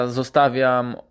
zostawiam